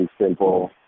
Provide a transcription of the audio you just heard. simple